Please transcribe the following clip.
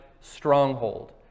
stronghold